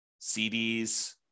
CDs